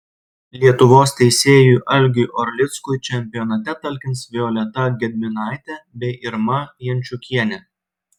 lietuvos teisėjui algiui orlickui čempionate talkins violeta gedminaitė bei irma jančiukienė